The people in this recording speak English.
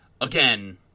again